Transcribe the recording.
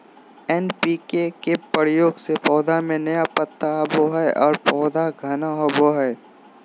NPK के प्रयोग से पौधा में नया पत्ता आवो हइ और पौधा घना होवो हइ